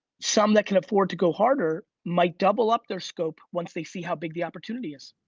some that can afford to go harder might double up their scope once they see how big the opportunity is.